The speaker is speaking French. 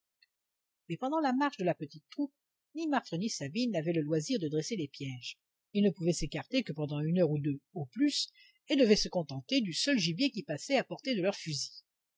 mais pendant la marche de la petite troupe ni marbre ni sabine n'avaient le loisir de dresser des pièges ils ne pouvaient s'écarter que pendant une heure ou deux au plus et devaient se contenter du seul gibier qui passait à portée de leur fusil